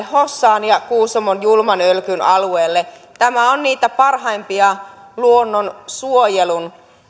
hossaan ja kuusamon julman ölkyn alueelle tämä on niitä parhaimpia luonnonsuojelun